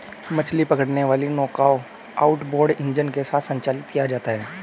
मछली पकड़ने वाली नौकाओं आउटबोर्ड इंजन के साथ संचालित किया जाता है